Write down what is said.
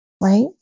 right